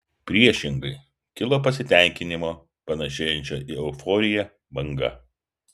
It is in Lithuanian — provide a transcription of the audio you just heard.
priešingai kilo pasitenkinimo panašėjančio į euforiją banga